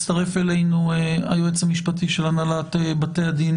הצטרף אלינו היועץ המשפטי של הנהלת בתי הדין